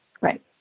Right